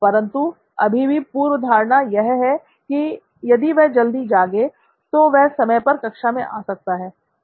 परंतु अभी भी पूर्वधारणा यह है कि यदि वह जल्दी जागे तो वह समय पर कक्षा में आ सकता है